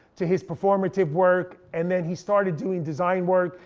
to his performative work, and then he started doing design work,